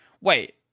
Wait